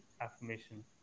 affirmation